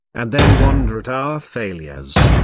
and then wonder at our failures.